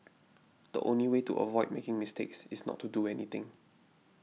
the only way to avoid making mistakes is not to do anything